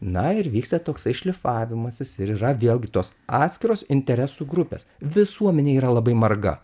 na ir vyksta toksai šlifavimas jis ir yra vėlgi tos atskiros interesų grupės visuomenė yra labai marga